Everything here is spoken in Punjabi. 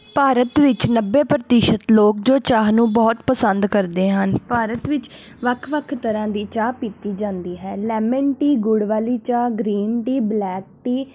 ਭਾਰਤ ਵਿੱਚ ਨੱਬੇ ਪ੍ਰਤੀਸ਼ਤ ਲੋਕ ਜੋ ਚਾਹ ਨੂੰ ਬਹੁਤ ਪਸੰਦ ਕਰਦੇ ਹਨ ਭਾਰਤ ਵਿੱਚ ਵੱਖ ਵੱਖ ਤਰ੍ਹਾਂ ਦੀ ਚਾਹ ਪੀਤੀ ਜਾਂਦੀ ਹੈ ਲੈਮਨ ਟੀ ਗੁੜ ਵਾਲੀ ਚਾਹ ਗਰੀਨ ਟੀ ਬਲੈਕ ਟੀ